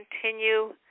continue